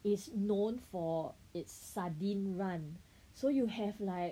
is known for it's sardine run so you have like